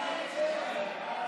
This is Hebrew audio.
סיעת יש עתיד-תל"ם